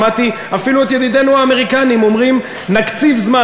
שמעתי אפילו את ידידינו האמריקנים אומרים: נקציב זמן,